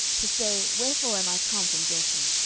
to say, wherefore am i come from geshur?